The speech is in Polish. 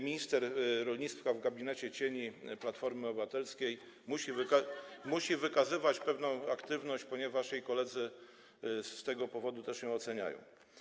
minister rolnictwa w gabinecie cieni Platformy Obywatelskiej musi wykazywać pewną aktywność, ponieważ jej koledzy z tego powodu też ją oceniają.